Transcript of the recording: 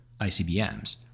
ICBMs